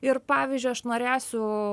ir pavyzdžiui aš norėsiu